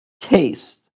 taste